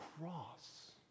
cross